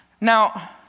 Now